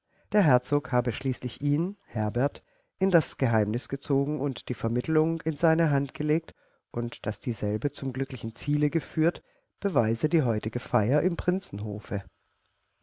der herzog habe schließlich ihn herbert in das geheimnis gezogen und die vermittelung in seine hand gelegt und daß dieselbe zum glücklichen ziele geführt beweise die heutige feier im prinzenhofe